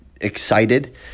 Excited